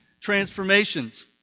transformations